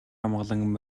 амгалан